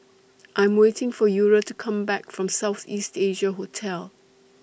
I Am waiting For Eura to Come Back from South East Asia Hotel